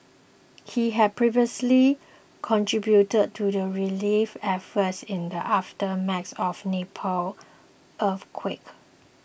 he had previously contributed to the relief efforts in the aftermath of Nepal earthquake